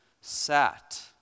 sat